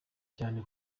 cyane